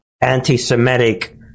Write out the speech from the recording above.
anti-Semitic